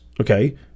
okay